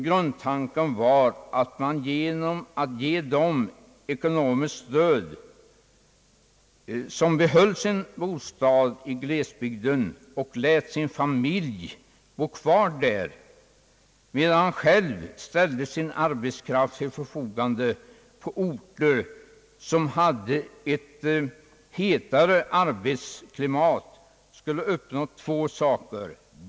Grundtanken var att man genom att ge ekonomiskt stöd till den som behöll sin bostad i glesbygden och lät sin familj bo kvar där, medan han själv ställde sin arbetskraft till förfogande på någon ort som hade ett hetare arbetsmarknadsklimat, skulle uppnå två saker.